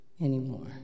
anymore